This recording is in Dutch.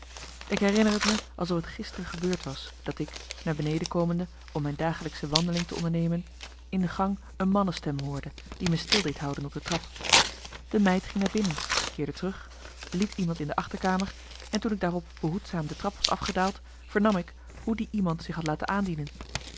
ik herinner t me alsof t gisteren gebeurd was dat ik naar beneden komende om mijn dagelijksche wandeling te ondernemen in de gang een mannestem hoorde die me stil deed houden op de trap de meid ging naar binnen keerde terug liet iemand in de achterkamer en toen ik daarop behoedzaam de trap was afgedaald vernam ik hoe die iemand zich had laten aandienen